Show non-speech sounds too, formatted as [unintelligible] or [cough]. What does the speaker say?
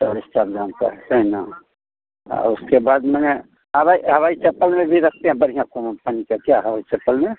[unintelligible] ना उसके बाद में हवाई हवाई चप्पल में भी रखते हैं बढ़िया [unintelligible] क्या हवाई चप्पल में